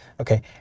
Okay